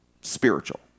spiritual